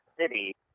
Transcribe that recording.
City